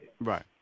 Right